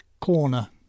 corner